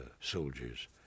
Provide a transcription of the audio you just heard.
soldiers